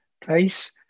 place